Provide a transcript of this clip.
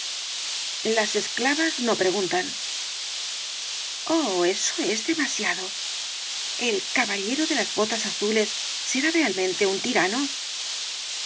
ama las esclavas no preguntan oh eso es demasiado el caballero de las botas azules será realmente un tirano